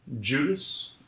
Judas